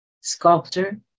sculptor